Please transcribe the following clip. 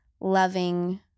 loving